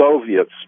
Soviets